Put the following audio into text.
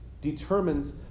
determines